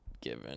given